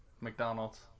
McDonald's